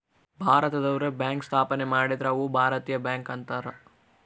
ಭಾರತದವ್ರೆ bank ಸ್ಥಾಪನೆ ಮಾಡಿದ್ರ ಅವು ಭಾರತೀಯ ಬ್ಯಾಂಕ್ ಅಂತಾರ